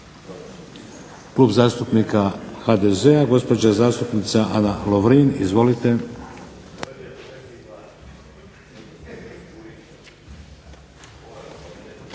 Klub zastupnika SDP-a, gospodin zastupnik Šime Lučin. Izvolite.